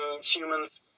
humans